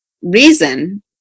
reason